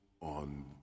on